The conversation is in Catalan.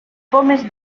pomes